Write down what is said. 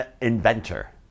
inventor